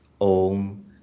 Om